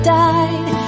died